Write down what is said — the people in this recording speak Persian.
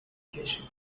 کشیدم